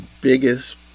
biggest